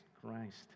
Christ